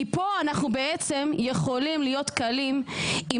כי פה אנחנו בעצם יכולים להיות קלים עם